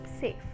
safe